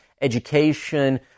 education